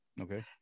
Okay